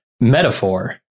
metaphor